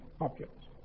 objects